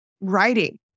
writing